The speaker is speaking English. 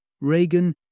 Reagan